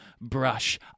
Brush